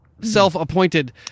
self-appointed